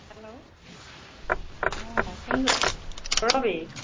hello অঁ কোন কৰবী